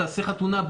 תעשה חתונה,